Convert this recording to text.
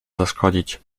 zaszkodzić